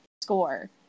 score